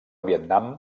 vietnam